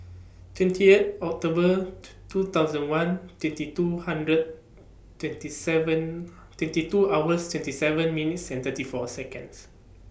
twenty eight October two two thousand one twenty two hundred twenty seven twenty two hours twenty seven minutes thirty four Seconds